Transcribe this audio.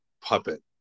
puppet